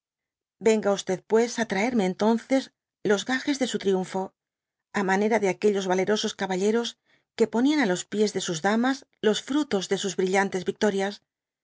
yenga pues á traerme entonces los ages de su triunfo á manera de aquellos valerosos caballeros que ponían á los pies de sus damas los frutos de sus brillantes victorias